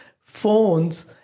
phones